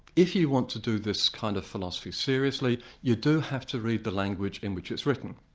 if you want to do this kind of philosophy seriously, you do have to read the language in which it's written.